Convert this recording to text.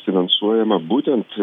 finansuojama būtent